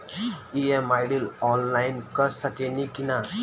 EMI online कर सकेनी की ना?